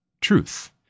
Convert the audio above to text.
truth